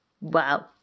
Wow